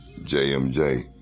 JMJ